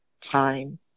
time